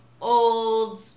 old